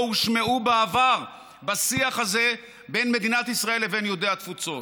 הושמעו בעבר בשיח הזה בין מדינת ישראל לבין יהודי התפוצות.